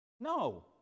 No